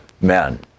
men